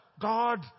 God